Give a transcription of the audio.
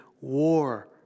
war